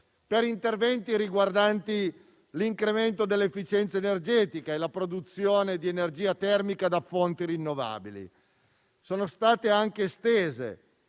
per interventi riguardanti l'incremento dell'efficienza energetica e la produzione di energia termica da fonti rinnovabili. Sono state estese